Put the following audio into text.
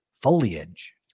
Foliage